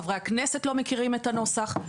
חברי הכנסת לא מכירים את הנוסח.